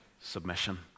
submission